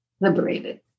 liberated